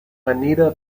anita